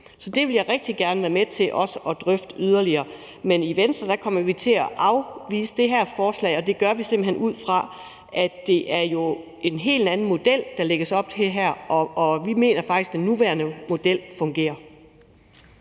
Så det vil jeg rigtig gerne være med til også at drøfte yderligere, men i Venstre kommer vi til at afvise det her forslag, og det gør vi, simpelt hen ud fra at det jo er en helt anden model, der lægges op til her, og vi mener faktisk, at den nuværende model fungerer.